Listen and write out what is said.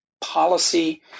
policy